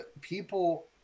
people